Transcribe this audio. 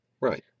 Right